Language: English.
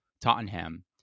Tottenham